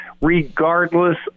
regardless